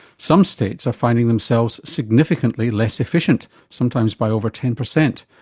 some states are finding themselves significantly less efficient, sometimes by over ten percent,